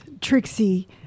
Trixie